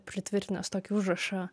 pritvirtinęs tokį užrašą